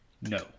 No